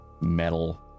metal